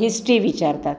history विचारतात